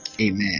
Amen